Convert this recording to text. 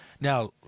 now